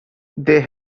they